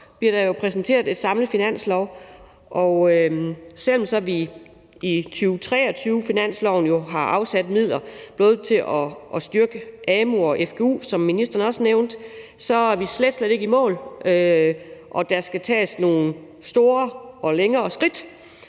bliver der jo præsenteret et samlet finanslovsforslag, og selv om vi i 2023-finansloven har afsat midler til både at styrke amu og fgu, som ministeren også nævnte, så er vi slet, slet ikke i mål, og der skal tages nogle større skridt,